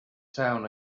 town